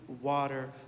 water